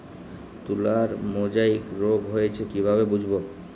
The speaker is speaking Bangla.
তুলার মোজাইক রোগ হয়েছে কিভাবে বুঝবো?